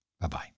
Bye-bye